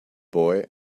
boy